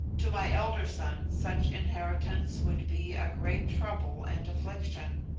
to my elder son such inheritance would be a great trouble and affliction.